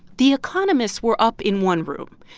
the economists were up in one room.